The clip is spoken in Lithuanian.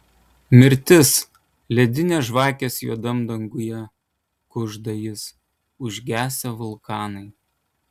mirtis ledinės žvakės juodam danguje kužda jis užgesę vulkanai